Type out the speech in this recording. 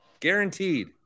Guaranteed